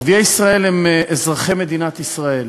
ערביי ישראל הם אזרחי מדינת ישראל.